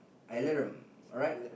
alarum alright